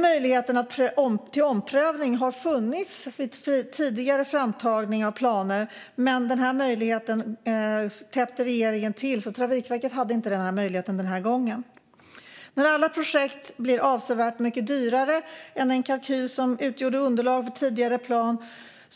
Möjligheten till omprövning har funnits vid tidigare framtagning av planer, men nu täppte regeringen till den, så Trafikverket hade inte denna möjlighet denna gång. När alla projekt blir avsevärt mycket dyrare än den kalkyl som utgjorde underlag för tidigare plan